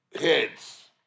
heads